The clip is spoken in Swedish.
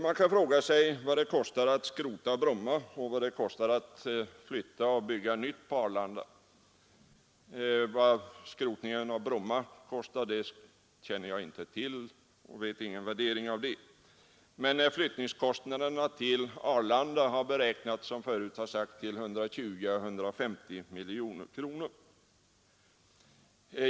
Man kan fråga sig vad det kostar att skrota ned Bromma flygplats och vad det kostar att flytta till Arlanda och bygga nytt där. Vad en nedskrotning av Brommafältet skulle kosta känner jag inte till och har inte några beräkningar på, men kostnaderna för flyttning till Arlanda har beräknats, som förut sagts, till 120 å 150 miljoner kronor.